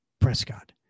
Prescott